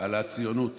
על הציונות